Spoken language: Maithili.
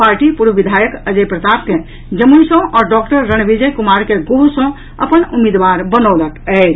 पार्टी पूर्व विधायक अजय प्रताप केँ जमुई सँ आ डॉक्टर रणविजय कुमार के गोह सँ अपन उम्मीदवार बनौलक अछि